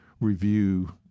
review